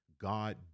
God